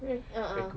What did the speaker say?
ra~ uh uh